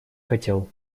хотел